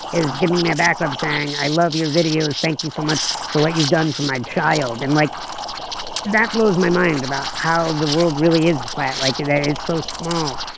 is giving me a back rub saying i love your videos, thank you so much for what you've done for my child and like that blows my mind about how the world really is flat, like it is so small.